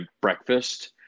breakfast